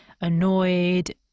annoyed